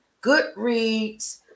Goodreads